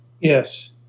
Yes